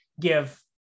give